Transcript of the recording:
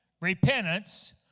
Repentance